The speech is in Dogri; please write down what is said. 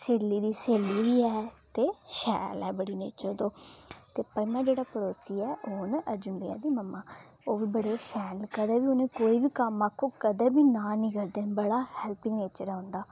स्हेली दी स्हेली बी ऐ ते शैल ऐ बड़ी नेचर तो ते पंजमा जेह्ड़ा पड़ोसी ऐ ओह् न अर्जुन भैया दी मम्मा ओह् बी बड़े शैल न कदें बी उनें कोई बी कम्म आखो कदें बी ना नि करदे न बड़ा हेल्पिंग नेचर ऐ उन्दा